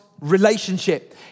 relationship